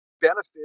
benefit